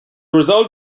result